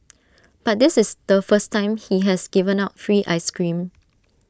but this is the first time he has given out free Ice Cream